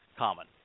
common